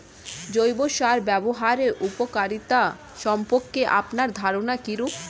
জৈব সার ব্যাবহারের উপকারিতা সম্পর্কে আপনার ধারনা কীরূপ?